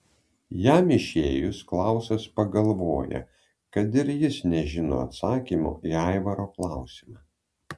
jam išėjus klausas pagalvoja kad ir jis nežino atsakymo į aivaro klausimą